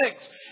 six